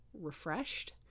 refreshed